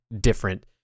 different